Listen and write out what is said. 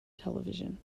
television